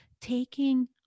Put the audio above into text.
taking